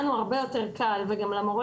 לנו הרבה יותר קל וגם למורה,